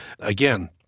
Again